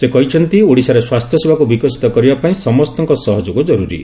ସେ କହିଛନ୍ତି ଓଡ଼ିଶାରେ ସ୍ୱାସ୍ଥ୍ୟସେବାକୁ ବିକଶିତ କରିବାପାଇଁ ସମସ୍ତଙ୍କ ସହଯୋଗ ଜରୁରୀ